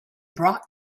brought